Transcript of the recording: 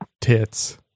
tits